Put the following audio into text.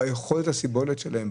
ביכולת הסיבולת שלהם,